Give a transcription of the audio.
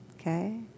Okay